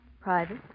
private